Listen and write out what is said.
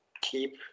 keep